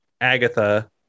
Agatha